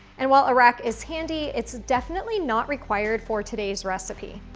and while a rack is handy, it's definitely not required for today's recipe.